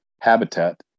habitat